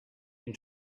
been